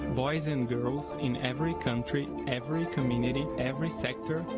boys and girls, in every country, every community, every sector,